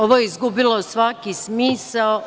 Ovo je izgubilo svaki smisao.